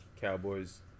Cowboys